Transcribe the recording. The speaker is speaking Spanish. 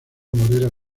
morera